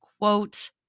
quote